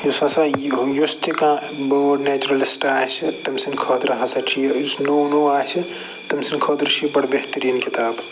یُس ہَسا یُس تہِ کانٛہہ بٲڈ نیچرَلِسٹ آسہِ تٔمۍ سٕنٛد خٲطرٕ ہَسا چھُ یہِ یُس نوٚو نوٚو آسہِ تٔمۍ سٕنٛدۍ خٲطرٕ چھُ یہِ بَڑٕ بہتریٖن کتاب